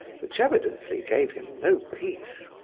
which evidently gave him no peace.